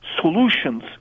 solutions